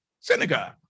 synagogue